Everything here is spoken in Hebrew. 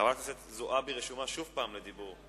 חברת הכנסת רונית תירוש, בבקשה.